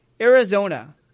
Arizona